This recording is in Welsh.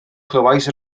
clywais